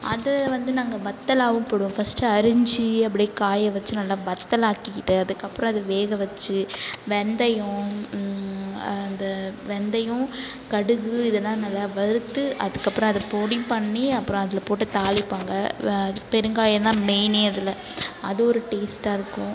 அது வந்து நாங்கள் வத்தலாவும் போடுவோம் ஃபர்ஸ்ட் அரிஞ்சு அப்டே காய வச்சி நல்லா வத்தலாக்கிக்கிட்டு அதற்கப்றோ அது வேக வச்சி வெந்தய அது வெந்தயம் கடுகு இதல்லாம் நல்லா வறுத்து அதற்கப்றோ அது பொடி பண்ணி அப்புறோம் அதில் போட்டு தாளிப்பாங்க வ பெருங்காயந்தான் மெயினே அதில் அது ஒரு டேஸ்ட்டாகருக்கும்